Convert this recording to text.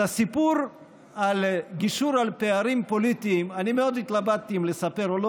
את הסיפור על גישור על פערים פוליטיים אני מאוד התלבטתי אם לספר או לא.